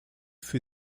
für